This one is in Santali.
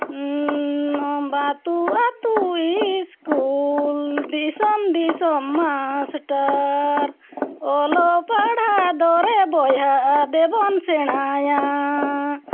ᱟᱛᱳ ᱟᱛᱳ ᱤᱥᱠᱩᱞ ᱫᱤᱥᱚᱢ ᱫᱤᱥᱚᱢ ᱢᱟᱥᱴᱟᱨ ᱚᱞᱚᱜ ᱯᱟᱲᱦᱟᱜ ᱫᱚᱨᱮ ᱵᱚᱭᱦᱟ ᱫᱮᱵᱚᱱ ᱥᱮᱬᱟᱭᱟᱻ